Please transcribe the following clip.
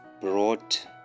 brought